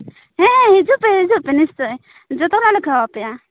ᱦᱮᱸ ᱦᱤᱡᱩᱜ ᱯᱮ ᱦᱤᱡᱩᱜ ᱯᱮ ᱱᱤᱥᱪᱳᱭ ᱡᱚᱛᱚᱱᱟᱜ ᱞᱮ ᱠᱷᱟᱣᱟᱣ ᱯᱮᱭᱟ